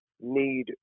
need